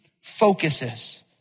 focuses